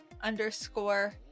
underscore